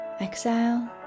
exhale